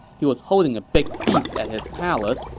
he was holding a big feast at his palace,